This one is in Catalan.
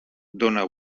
dóna